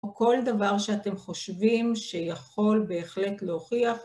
או כל דבר שאתם חושבים שיכול בהחלט להוכיח.